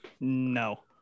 No